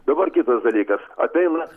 dabar kitas dalykas ateina